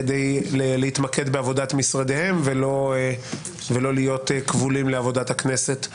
כדי להתמקד בעבודת משרדיהם ולא להיות כבולים לעבודת הכנסת השוטפת.